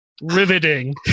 Riveting